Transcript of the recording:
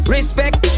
Respect